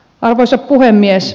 arvoisa puhemies